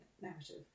narrative